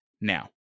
now